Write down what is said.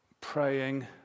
praying